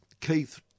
Keith